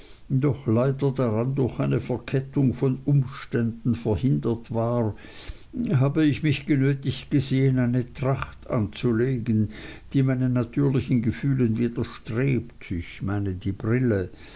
doch leider daran durch eine verkettung von umständen verhindert war habe ich mich genötigt gesehen eine tracht anzulegen die meinen natürlichen gefühlen widerstrebt ich meine die brille